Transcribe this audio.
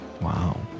Wow